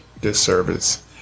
disservice